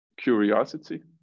curiosity